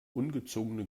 ungezogene